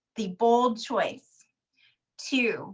the bold choice to